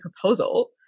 proposal